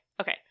okay